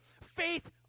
faith